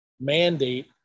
mandate